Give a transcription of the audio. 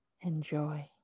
enjoy